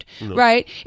right